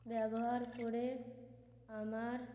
ব্যবহার করে আমার